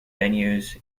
venues